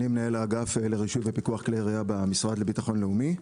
אני מנהל האגף לרישוי ופיקוח כלי יריה במשרד לביטחון לאומי,